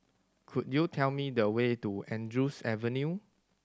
could you tell me the way to Andrews Avenue